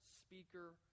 speaker